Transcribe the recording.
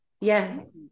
yes